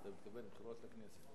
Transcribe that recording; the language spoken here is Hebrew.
אתה מתכוון לבחירות לכנסת.